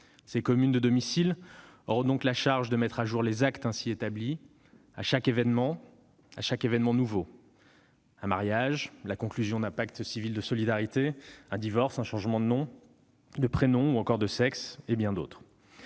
Ces communes de domicile auront donc la charge de mettre à jour les actes ainsi établis à chaque événement nouveau. Un mariage, la conclusion d'un pacte civil de solidarité, un divorce, un changement de nom, de prénom ou de sexe, bien d'autres